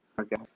Okay